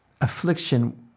affliction